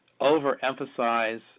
overemphasize